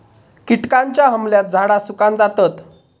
किटकांच्या हमल्यात झाडा सुकान जातत